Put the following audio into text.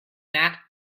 that